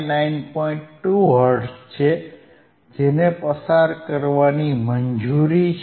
2 hertz છે જેને પસાર કરવાની મંજૂરી છે